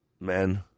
Men